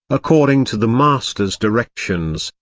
according to the master's directions,